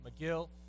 McGill